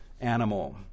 animal